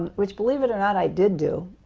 which believe it or not i did do.